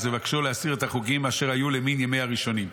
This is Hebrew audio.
בבקשו להסיר את החוגים אשר היו למן יהיה הראשונים.